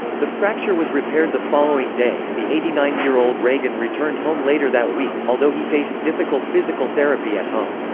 the fracture was repaired the following day and the eighty nine year old reagan returned home later that week, although he faced difficult physical therapy at home.